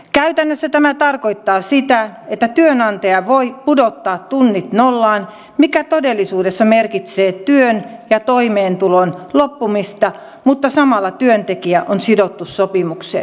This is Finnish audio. käytännössä tämä tarkoittaa sitä että työnantaja voi pudottaa tunnit nollaan mikä todellisuudessa merkitsee työn ja toimeentulon loppumista mutta samalla työntekijä on sidottu sopimukseen